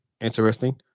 Interesting